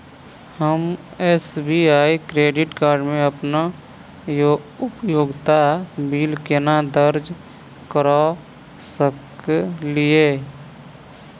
हम SBI credit card मे अप्पन उपयोगिता बिल केना दर्ज करऽ सकलिये?